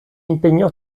impegnò